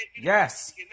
yes